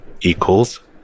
equals